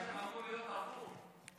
זה אמור להיות הפוך,